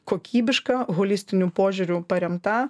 kokybiška holistiniu požiūriu paremta